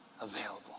available